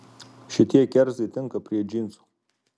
šitie kerzai tinka prie džinsų